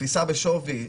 תפיסה בשווי,